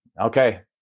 okay